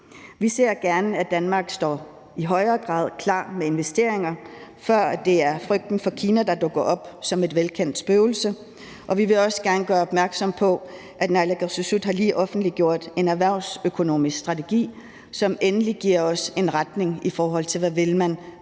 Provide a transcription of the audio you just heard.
Vi ser gerne, at Danmark i højere grad står klar med investeringer, før det er frygten for Kina, der dukker op som et velkendt spøgelse, og vi vil også gerne gøre opmærksom på, at naalakkersuisut lige har offentliggjort en erhvervsøkonomisk strategi, som endelig giver os en retning, i forhold til hvad man vil